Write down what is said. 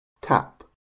tap